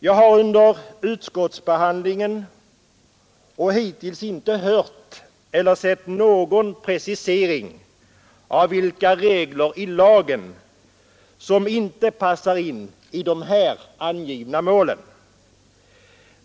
Jag har under utskottsbehandlingen och hittills inte hört eller sett någon precisering av vilka regler i lagen som inte passar ihop med de här angivna målen.